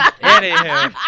Anyhow